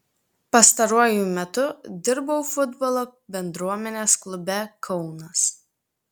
pastaruoju metu dirbau futbolo bendruomenės klube kaunas